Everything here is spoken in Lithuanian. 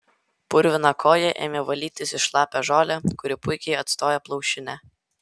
purviną koją ėmė valytis į šlapią žolę kuri puikiai atstojo plaušinę